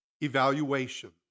evaluation